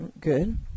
good